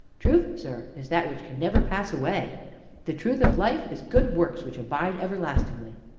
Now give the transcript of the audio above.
truth, sir, is that which can never pass away the truth of life is good works, which abide everlastingly.